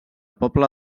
poble